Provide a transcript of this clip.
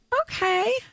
Okay